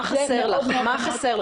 מה חסר לך?